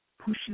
pushing